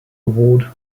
award